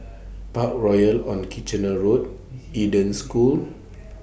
Parkroyal on Kitchener Road Eden School